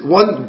one